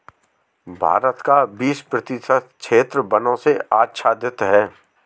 भारत का बीस प्रतिशत क्षेत्र वनों से आच्छादित है